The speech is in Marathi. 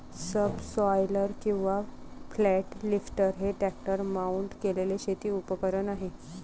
सबसॉयलर किंवा फ्लॅट लिफ्टर हे ट्रॅक्टर माउंट केलेले शेती उपकरण आहे